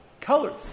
colors